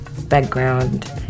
background